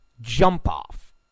jump-off